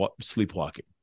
sleepwalking